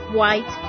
white